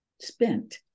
spent